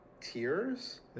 tears